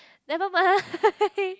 never mind